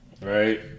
Right